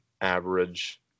average